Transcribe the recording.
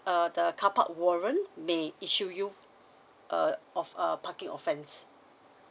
uh the carpark warrant may issue you um of~ err parking offence